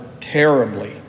terribly